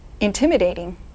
intimidating